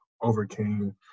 overcame